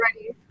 ready